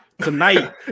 Tonight